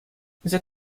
the